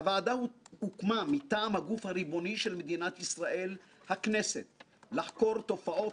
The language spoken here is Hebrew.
הוועדה הוקמה מטעם הגוף הריבוני של מדינת ישראל הכנסת לחקור תופעות